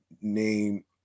name